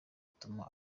ituma